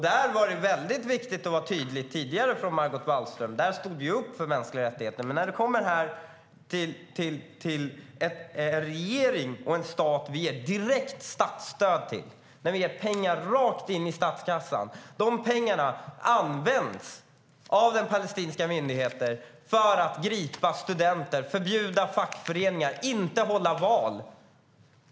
Där var det för Margot Wallström tidigare väldigt viktigt att vara tydlig och stå upp för mänskliga rättigheter. Men här ger vi direkt statsstöd till den palestinska staten och regeringen. Vi ger pengar rakt in i statskassan. Det är pengar som används av palestinska myndigheten för att gripa studenter, förbjuda fackföreningar och inte hålla val.